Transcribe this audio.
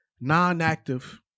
non-active